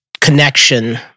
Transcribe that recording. connection